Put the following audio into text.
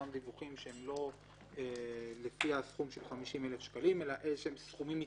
אותם דיווחים שהם לא לפי הסכום של 50,000 שקלים אלא סכומים מצטברים,